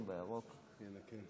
מירב בן ארי,